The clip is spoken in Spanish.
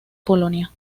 polonia